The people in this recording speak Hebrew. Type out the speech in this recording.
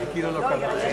חברי חברי הכנסת,